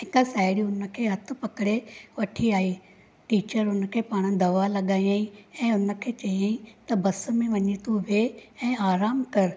हिक साहेड़ी हुन खे हथु पकड़े वठी आई टीचर हुनखे पाण दवा लॻायाईं ऐं हुनखे चयईं त बस में वञी तू वेह ऐं आरामु कर